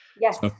Yes